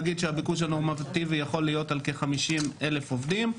נגיד שהביקוש הנורמטיבי יכול להיות על כ-50,000 עובדים.